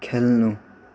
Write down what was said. खेल्नु